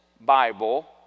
Bible